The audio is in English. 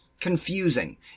confusing